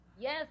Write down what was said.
Yes